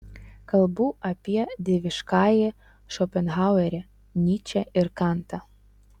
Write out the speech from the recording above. kalbu apie dieviškąjį šopenhauerį nyčę ir kantą